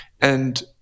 And-